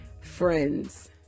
friends